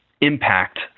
impact